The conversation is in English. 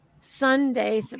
Sunday